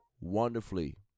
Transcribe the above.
Wonderfully